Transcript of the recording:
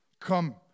Come